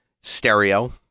stereo